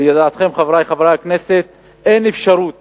ולידיעתכם, חברי חברי הכנסת, אין אפשרות